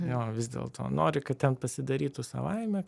jo vis dėlto nori kad ten pasidarytų savaime